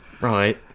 Right